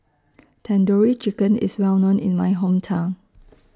Tandoori Chicken IS Well known in My Hometown